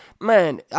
man